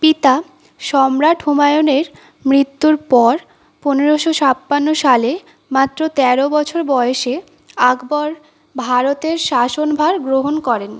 পিতা সম্রাট হুমায়ুনের মৃত্যুর পর পনেরোশো ছাপান্ন সালে মাত্র তেরো বছর বয়সে আকবর ভারতের শাসনভার গ্রহণ করেন